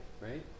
right